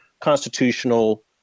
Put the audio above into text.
constitutional